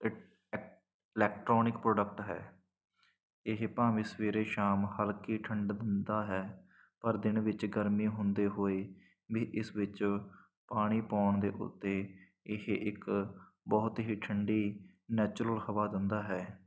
electronic product ਹੈ ਇਹ ਭਾਵੇਂ ਸਵੇਰੇ ਸ਼ਾਮ ਹਲਕੀ ਠੰਡ ਦਿੰਦਾ ਹੈ ਪਰ ਦਿਨ ਵਿੱਚ ਗਰਮੀ ਹੁੰਦੇ ਹੋਏ ਵੀ ਇਸ ਵਿੱਚ ਪਾਣੀ ਪਾਉਣ ਦੇ ਉੱਤੇ ਇਹ ਇੱਕ ਬਹੁਤ ਹੀ ਠੰਡੀ ਨੈਚੁਰਲ ਹਵਾ ਦਿੰਦਾ ਹੈ